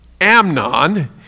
Amnon